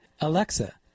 Alexa